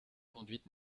conduites